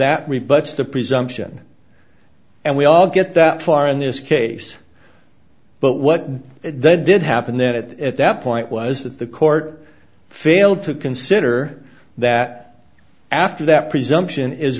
rebuts the presumption and we all get that far in this case but what then did happen then it at that point was that the court failed to consider that after that presumption is